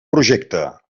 projecte